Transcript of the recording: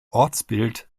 ortsbild